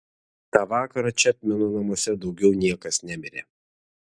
tą vakarą čepmeno namuose daugiau niekas nemirė